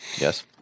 Yes